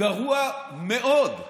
גרוע מאוד,